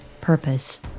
purpose